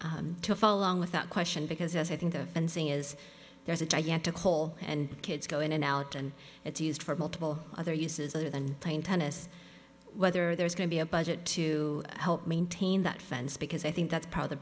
eight to follow without question because i think the fencing is there's a gigantic hole and kids go in and out and it's used for multiple other uses other than playing tennis whether there is going to be a budget to help maintain that fence because i think that's part of the